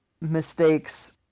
mistakes